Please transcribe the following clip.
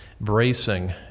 bracing